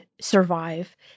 survive